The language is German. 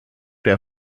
der